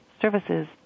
services